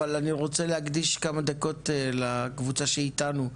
אבל אני רוצה להקדיש כמה דקות לקבוצה שאיתנו.